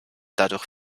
dadurch